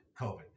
COVID